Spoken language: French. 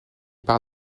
par